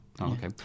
okay